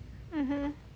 mmhmm